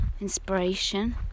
inspiration